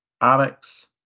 alex